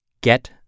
get